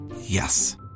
Yes